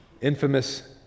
Infamous